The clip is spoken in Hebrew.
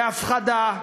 להפחדה,